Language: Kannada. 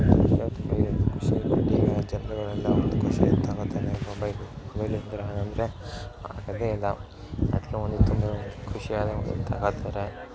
ಯಾವ್ದು ಪ ಇದು ಖುಷಿ ಪಟ್ಟು ಜನರುಗಳೆಲ್ಲ ಒಂದು ಖುಷಿಯಿಂದ್ ತಗೋತಾರೆ ಮೊಬೈಲು ಮೊಬೈಲಿಲ್ಲ ಅಂದರೆ ಆಗೋದೆ ಇಲ್ಲ ಅದಕ್ಕೆ ಒಂದು ತುಂಬ ಖುಷಿಯಾದಾಗ ಒಂದು ತಗೋತಾರೆ